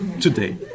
Today